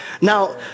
Now